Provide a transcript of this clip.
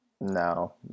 no